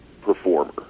performer